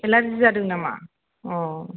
allergy जादों नामा अ